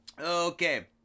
Okay